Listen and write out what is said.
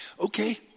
Okay